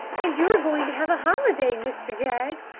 and you're going to have a holiday, mr. jaggs.